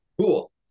Cool